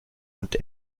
und